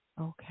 Okay